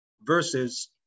Versus